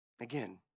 again